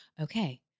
Okay